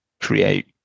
create